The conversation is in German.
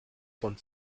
von